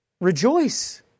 rejoice